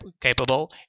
capable